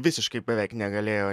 visiškai beveik negalėjo